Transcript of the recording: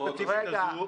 בנקודה הספציפית הזו,